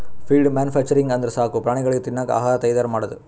feed manufacturing ಅಂದ್ರ ಸಾಕು ಪ್ರಾಣಿಗಳಿಗ್ ತಿನ್ನಕ್ ಆಹಾರ್ ತೈಯಾರ್ ಮಾಡದು